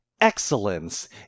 excellence